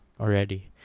already